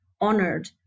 honored